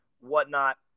whatnot